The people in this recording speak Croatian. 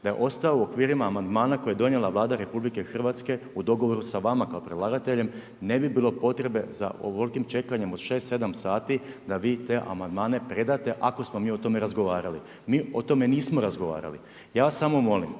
da je ostao u okvirima amandmana koje je donijela Vlada RH u dogovoru sa vama kao predlagateljem ne bi bilo potrebe za ovolikim čekanjem od 6, 7 sati da vi te amandmane predate ako smo mi o tome razgovarali. Mi o tome nismo razgovarali. Ja vas samo molim,